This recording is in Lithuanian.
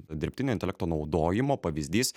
dirbtinio intelekto naudojimo pavyzdys